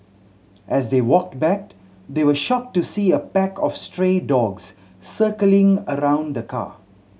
as they walked back they were shocked to see a pack of stray dogs circling around the car